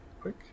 quick